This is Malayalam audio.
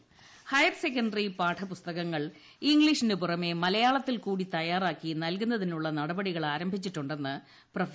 സഭപാഠപുസ്തകം ഹയർ സെക്കൻ്ററി പാഠപുസ്തൃക്ങൾ ഇംഗ്ലീഷിനു പുറമെ മലയാളത്തിൽ കൂടി തയ്യാറാക്കി നൽകുന്നതിനുള്ള നടപടികൾ ആരംഭിച്ചിട്ടുണ്ടെന്ന് പ്രൊഫ